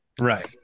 Right